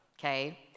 okay